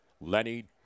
Lenny